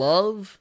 Love